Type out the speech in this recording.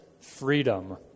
freedom